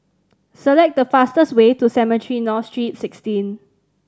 select the fastest way to Cemetry North Street Sixteen